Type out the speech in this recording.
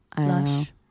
lush